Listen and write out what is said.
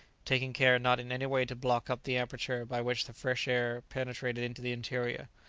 taking care not in any way to block up the aperture by which the fresh air penetrated into the interior.